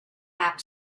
app